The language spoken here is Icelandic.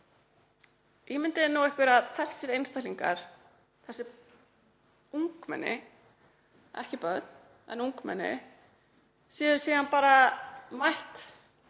ímyndið ykkur nú að þessir einstaklingar, þessi ungmenni, ekki börn en ungmenni, séu síðan bara mætt